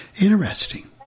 interesting